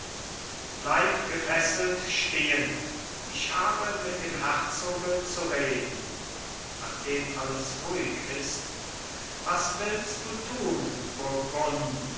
bleib gefesselt stehen ich habe mit dem herzoge zu reden nachdem alles ruhig ist was willst du tun